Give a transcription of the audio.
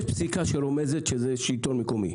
יש פסיקה שרומזת שזה שלטו מקומי.